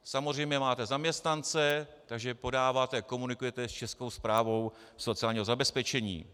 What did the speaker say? Samozřejmě máte zaměstnance, takže podáváte, komunikujete ještě se Správou sociálního zabezpečení.